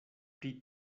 pri